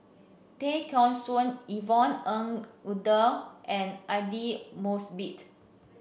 Tay Kheng Soon Yvonne Ng Uhde and Aidli Mosbit